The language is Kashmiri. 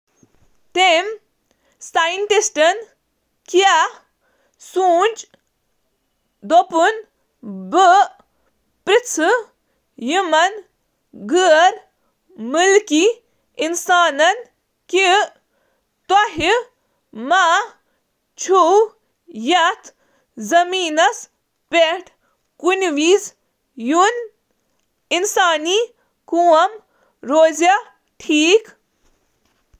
سائنسدانن سونچ تہٕ پرژھن غیر ملکیوں کیا تۄہہ پییہٕ کُنہٕ تہٕ وقتہٕ اتھ زمینس پیٹھ روزُن۔ کیا انسانن ہنز زندگی ہیکہٕ محفوظ روزِتھ۔